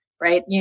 right